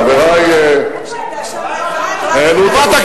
חברי העלו את הנושא,